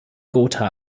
gotha